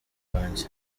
bwanjye